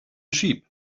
sheep